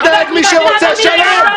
אתם מטורפים.